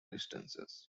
distances